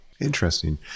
Interesting